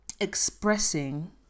expressing